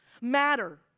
matter